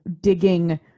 digging